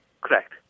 Correct